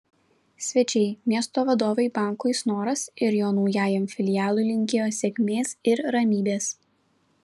svečiai miesto vadovai bankui snoras ir jo naujajam filialui linkėjo sėkmės ir ramybės